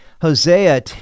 Hosea